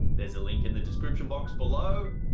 there's a link in the description box below,